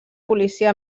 policia